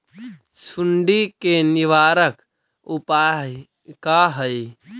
सुंडी के निवारक उपाय का हई?